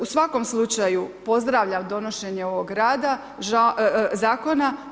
U svakom slučaju pozdravljam donošenje ovog zakona.